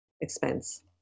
expense